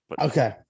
okay